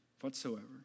whatsoever